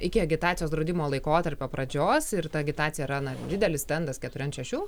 iki agitacijos draudimo laikotarpio pradžios ir ta agitacija yra na didelis stendas keturi ant šešių